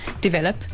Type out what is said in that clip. develop